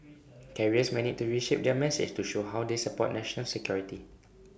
carriers may need to reshape their message to show how they support national security